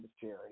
Jerry